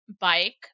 bike